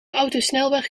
autosnelweg